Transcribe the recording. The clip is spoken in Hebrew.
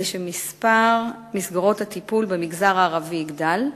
כדי שמספר מסגרות הטיפול במגזר הערבי יגדל.